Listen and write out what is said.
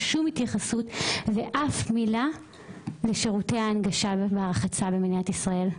שום התייחסות באף מילה לשירותי ההנגשה בחופי הרחצה במדינת ישראל.